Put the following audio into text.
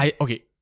Okay